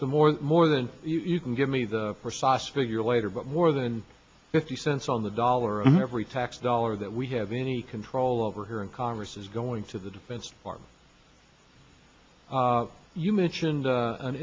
some or more than you can give me the precise figure later but more than fifty cents on the dollar every tax dollar that we have any control over here in congress is going to the defense department you mentioned